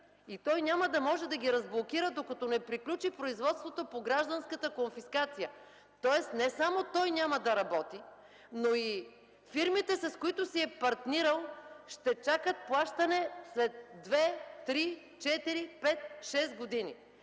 и той няма да може да ги разблокира, докато не приключи производството по гражданската конфискация. Тоест не само той няма да работи, но и фирмите, с които си е партнирал, ще чакат плащане след две, три, четири,